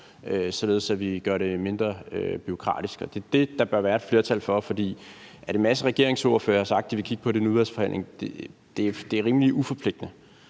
at vi gør det mindre bureaukratisk. Det er det, der bør være flertal for. For at en masse regeringsordførere har sagt, at de vil kigge på det i en udvalgsforhandling, er rimelig uforpligtende.